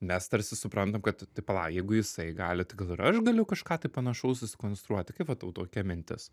mes tarsi suprantam kad tai pala jeigu jisai gali tai gal ir aš galiu kažką tai panašaus susikonstruoti kaip va tau tokia mintis